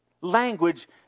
language